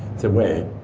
it's a way,